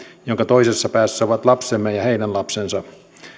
jonka toisessa päässä ovat lapsemme ja heidän lapsensa